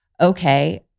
okay